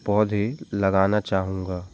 पौधे लगाना चाहूँगा